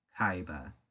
Kaiba